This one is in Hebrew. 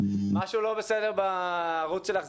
משהו לא בסדר בערוץ שלך.